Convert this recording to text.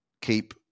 keep